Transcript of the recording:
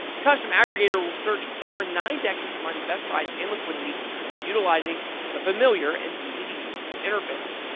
the custom aggregator will search over nine dexs to find the best price and liquidity while utilizing the familiar and easy to use interface.